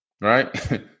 right